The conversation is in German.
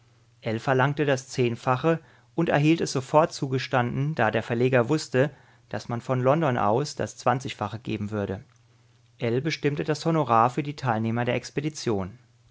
ell verlangte das zehnfache und erhielt es sofort zugestanden da der verleger wußte daß man von london aus das zwanzigfache geben würde ell bestimmte das honorar für die teilnehmer der expedition